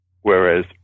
whereas